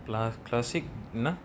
last classic என்ன:enna